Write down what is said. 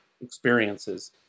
experiences